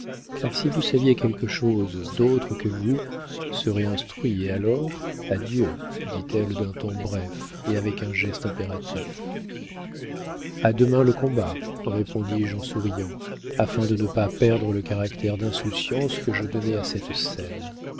car si vous saviez quelque chose d'autres que vous seraient instruits et alors adieu dit-elle d'un ton bref et avec un geste impératif a demain le combat répondis-je en souriant afin de ne pas perdre le caractère d'insouciance que je donnais à cette scène